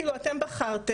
כאילו אתן בחרתן,